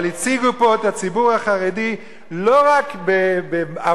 אבל הציגו פה את הציבור החרדי לא רק בעוולותיו,